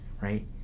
right